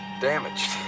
Damaged